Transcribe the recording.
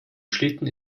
schlitten